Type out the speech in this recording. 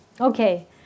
Okay